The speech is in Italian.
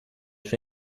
suo